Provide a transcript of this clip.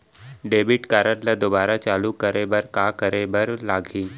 Debit card ला दोबारा चालू करे बर का करे बर लागही?